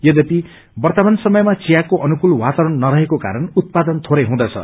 यद्यपि वर्तमान समयमा चियाको अनुकूल वातावरण नरहेको कारण उत्पादनमा थोरै हुँदछ